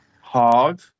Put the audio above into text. hard